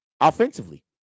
offensively